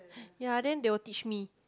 ya then they will teach me